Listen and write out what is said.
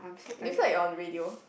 do you feel like you're on radio